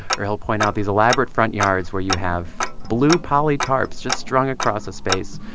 or he'll point out these elaborate front yards where you have blue poly tarps just strung across a space.